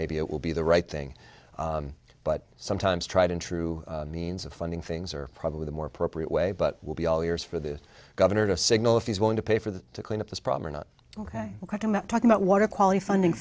maybe it will be the right thing but sometimes tried and true means of funding things are probably the more appropriate way but we'll be all ears for the governor to signal if he's willing to pay for that to clean up this problem or not ok i did not talk about water quality funding